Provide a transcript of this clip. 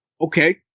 Okay